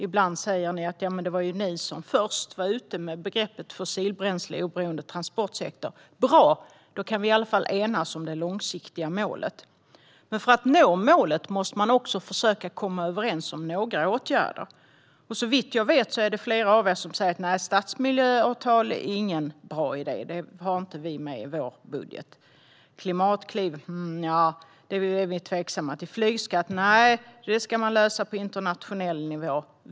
Ibland säger ni att det var ni som var först med begreppet fossilbränsleoberoende transportsektor. Det är bra. Då kan vi i alla fall enas om det långsiktiga målet. Men för att man ska nå målet måste man också försöka komma överens om några åtgärder. Såvitt jag vet är det flera av er som säger: Nej, stadsmiljöavtal är ingen bra idé; det har vi inte med i vår budget. Klimatkliv är vi tveksamma till. Flygskatt - nej, det ska man lösa på internationell nivå.